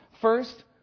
First